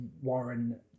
Warren